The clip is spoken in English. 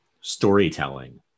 storytelling